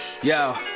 Yo